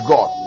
God